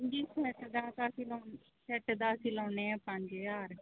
ਜੀ ਸੈੱਟ ਦਾ ਤਾਂ ਅਸੀਂ ਲਾਉਨ ਸੈੱਟ ਦਾ ਅਸੀਂ ਲਾਉਂਦੇ ਹਾਂ ਪੰਜ ਹਜ਼ਾਰ